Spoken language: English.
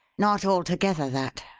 not altogether that.